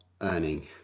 earning